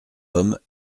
hommes